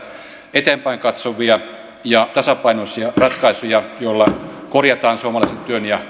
eteenpäin katsovia ja tasapainoisia ratkaisuja joilla korjataan suomalaisen työn ja